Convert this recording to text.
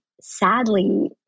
sadly